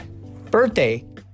birthday